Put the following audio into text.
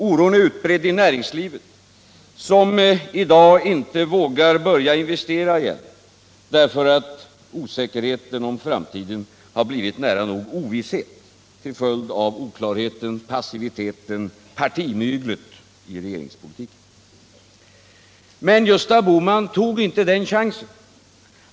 Oron är utbredd i näringslivet, som i dag inte vågar börja investera igen därför att osäkerheten om framtiden har blivit nära nog ovisshet till följd av oklarheten, passiviteten och partimyglet i regeringspolitiken. Men Gösta Bohman tog inte denna chans.